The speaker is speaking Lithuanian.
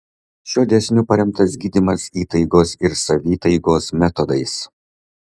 šiuo dėsniu paremtas gydymas įtaigos ir savitaigos metodais